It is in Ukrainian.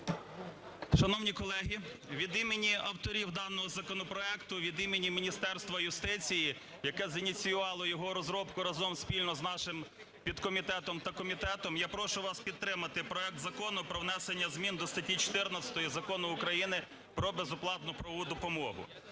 Шановні колеги, від імені авторів даного законопроекту, від імені Міністерства юстиції, яке зініціювало його розробку разом спільно з нашим підкомітетом та комітетом, я прошу вас підтримати проект Закону про внесення змін до статті 14 Закону України "Про безоплатну правову допомогу".